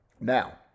Now